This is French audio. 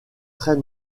très